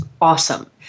awesome